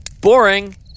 Boring